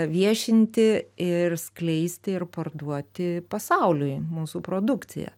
viešinti ir skleisti ir parduoti pasauliui mūsų produkciją